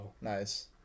Nice